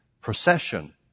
procession